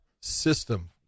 system